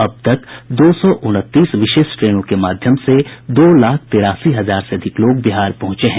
अब तक दो सौ उनतीस विशेष ट्रेनों के माध्यम से दो लाख तेरासी हजार से अधिक लोग बिहार पहुंचे हैं